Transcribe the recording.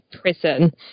prison